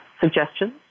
suggestions